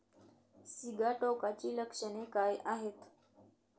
सिगाटोकाची लक्षणे काय आहेत?